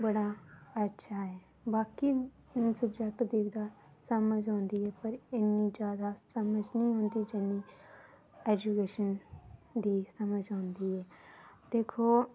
तीर्थ जेह्ड़े हैन स्थान न बड़े तीर्थ स्थान जेह्ड़े हैन बड़े न बड़े सारे न ते ते तरह् तरह् दे जेह्ड़े जात्तरू न जेह्ड़े हैन ओह् साढ़े इत्थें औंदे न ते एह् निं ऐ कि शैह्रे दे